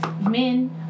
men